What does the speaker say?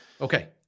Okay